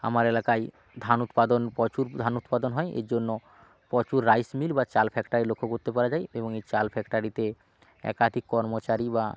আমার এলাকায় ধান উৎপাদন প্রচুর ধান উৎপাদন হয় এর জন্য প্রচুর রাইস মিল বা চাল ফাক্টারি লক্ষ্য করতে পারা যায় এবং এই চাল ফাক্টারিতে একাধিক কর্মচারী বা